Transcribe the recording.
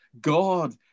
God